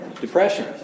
Depression